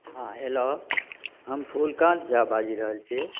हँ हेलो हम फुलकान्त झा बाजि रहल छी